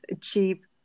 cheap